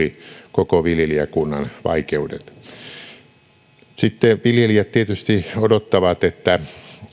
koko viljelijäkunnan vaikeudet viljelijät tietysti odottavat että